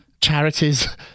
charities